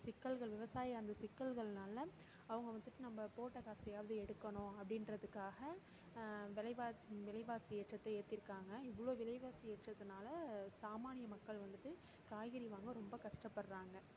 சிக்கல்கள் விவசாய அந்த சிக்கல்கள்னால் அவங்க வந்துட்டு நம்ம போட்ட காசையாவது எடுக்கணும் அப்படின்றத்துக்காக விலைவா விலைவாசி ஏற்றத்தை ஏற்றிருக்காங்க இவ்வளோ விலைவாசி ஏற்றத்துனால் சாமானிய மக்கள் வந்துட்டு காய்கறி வாங்க ரொம்ப கஷ்டப்படுறாங்க